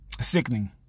Sickening